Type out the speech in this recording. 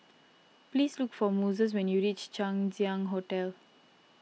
please look for Moses when you reach Chang Ziang Hotel